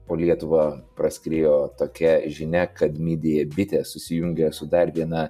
po lietuvą praskriejo tokia žinia kad midija bitė susijungė su dar viena